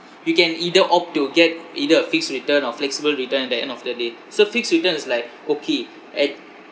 you can either opt to get either a fixed return or flexible return at the end of the day so fixed return is like okay at